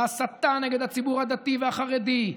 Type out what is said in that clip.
להסתה נגד הציבור הדתי והחרדי,